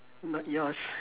not yours